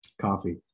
Coffee